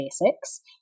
basics